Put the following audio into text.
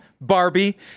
Barbie